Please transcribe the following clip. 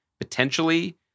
potentially